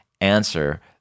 answer